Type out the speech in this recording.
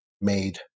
made